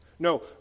No